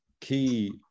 key